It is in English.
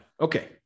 Okay